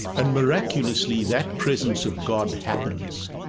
and miraculously, that presence of god happens,